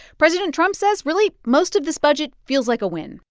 president trump says, really, most of this budget feels like a win.